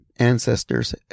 ancestors